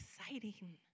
exciting